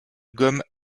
gomme